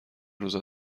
روزا